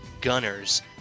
gunners